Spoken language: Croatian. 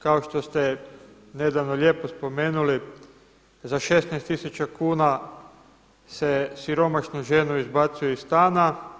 Kao što ste nedavno lijepo spomenuli za 16000 kuna se siromašnu ženu izbacuje iz stana.